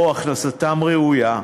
או הכנסתם ראויה,